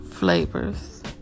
Flavors